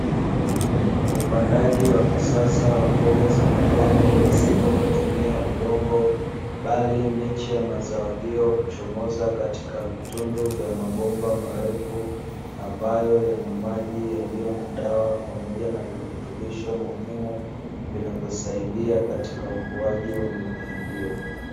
Upandaji wa kisasa wa mboga za majani pasipo kutumia udongo, bali miche ya mazao hiyo uchomoza katika vitundu vya mabomba marefu, ambayo yana maji yaliyo na dawa, pamoja na virutubisho muhimu vinavyo saidia katika ukuaji wa mimea hiyo.